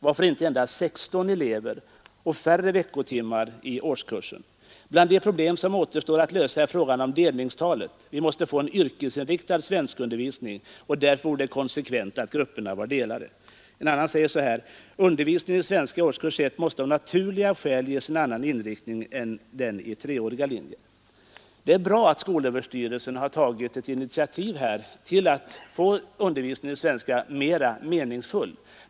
Varför inte endast 16 elever och bara tre veckotimmar i årskurs 1?” ”Bland de problem som återstår att lösa är frågan om delningstalet. Vi måste få en yrkesinriktad svenskundervisning och därför vore det konsekvent att grupperna var delade.” En annan säger: ”Undervisningen i svenska i årskurs 1 måste av naturliga skäl ges annan inriktning än den i treåriga linjer.” Det är bra att skolöverstyrelsen har tagit ett initiativ för att få undervisningen i svenska mera meningsfull.